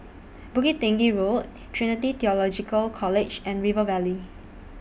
Bukit Tinggi Road Trinity Theological College and River Valley